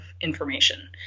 information